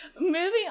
moving